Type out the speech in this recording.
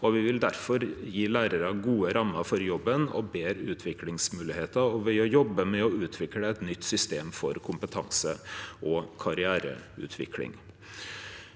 Me vil difor gje lærarane gode rammer for jobben og betre utviklingsmoglegheiter, og me vil jobbe med å utvikle eit nytt system for kompetanse og karriereutvikling.